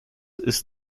ist